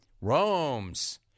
Rome's